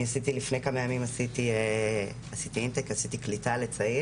אני לפני כמה ימים עשיתי אינטייק לצעיר,